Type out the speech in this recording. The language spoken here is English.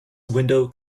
window